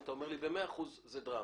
אבל אם אתה אומר לי ב-100% - זה דרמה.